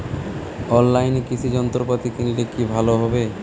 অনলাইনে কৃষি যন্ত্রপাতি কিনলে কি ভালো হবে?